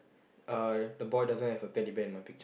uh the boy doesn't have a Teddy Bear in my picture